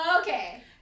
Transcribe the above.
Okay